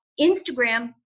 Instagram